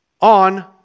on